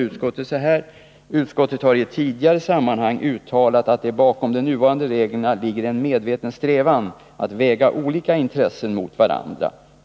Utskottet har i ett tidigare sammanhang uttalat att det bakom de nuvarande reglerna ligger en medveten strävan att väga olika intressen mot varandra.